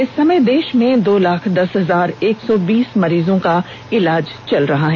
इस समय देश में दो लाख दस हजार एक सौ बीस मरीजों का इलाज चल रहा है